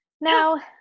Now